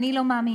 אני לא מאמינה,